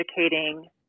educating